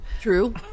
True